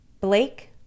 blake